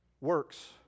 works